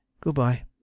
goodbye